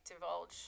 divulge